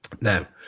Now